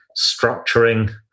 structuring